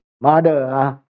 mother